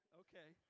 okay